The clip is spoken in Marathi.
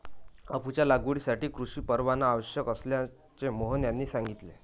अफूच्या लागवडीसाठी कृषी परवाना आवश्यक असल्याचे मोहन यांनी सांगितले